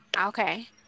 Okay